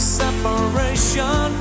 separation